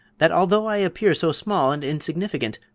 that although i appear so small and insignificant,